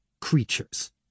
Creatures